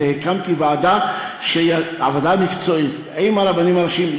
הקמתי ועדה מקצועית עם הרבנים הראשיים.